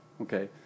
okay